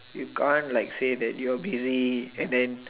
you can't like say that you're busy and then